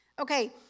Okay